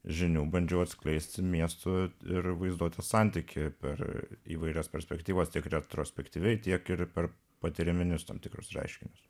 žinių bandžiau atskleisti miestų ir vaizduotės santykį per įvairias perspektyvas tiek retrospektyviai tiek ir per patyriminius tam tikrus reiškinius